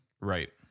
Right